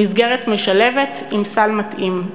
במסגרת משלבת עם סל מתאים.